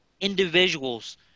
individuals